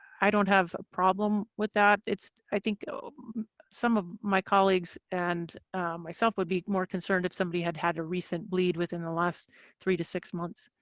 i don't have a problem with that. i think some of my colleagues and myself would be more concerned if somebody had had a recent bleed within the last three to six months.